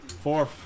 Four